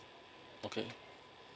okay